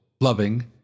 loving